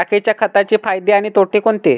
राखेच्या खताचे फायदे आणि तोटे कोणते?